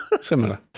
Similar